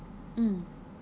mm